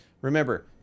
Remember